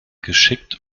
geschickt